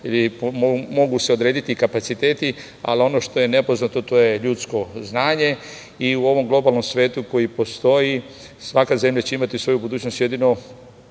mogu se odrediti kapaciteti, ali ono što je nepoznato to je ljudsko znanje. U ovom globalnom svetu koji postoji svaka zemlja će imati svoju budućnost jedino